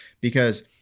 because-